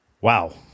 Wow